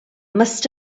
must